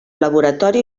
laboratori